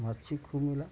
मच्छी खूब मिला